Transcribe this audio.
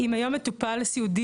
אם היום מטופל סיעודי,